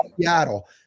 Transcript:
Seattle